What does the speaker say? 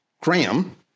Graham